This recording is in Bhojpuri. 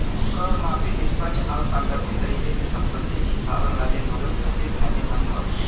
कर माफी निष्पक्ष आउर पारदर्शी तरीके से संपत्ति छिपावे वाला लोगन खातिर फायदेमंद हौ